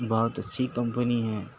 بہت اچھّی کمپنی ہے